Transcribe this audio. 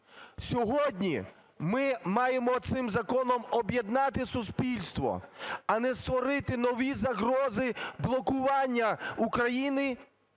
Сьогодні ми маємо цим законом об'єднати суспільство, а не створити нові загрози блокування України